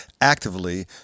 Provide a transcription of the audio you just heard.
actively